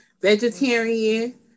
vegetarian